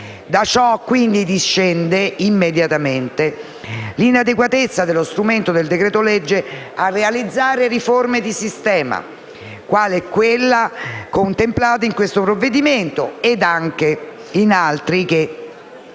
Da ciò, quindi, discende immediatamente l'inadeguatezza dello strumento del decreto-legge a realizzare riforme di sistema, quale quella contemplata in questo provvedimento e anche in altri che